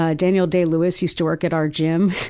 ah daniel day lewis used to work at our gym.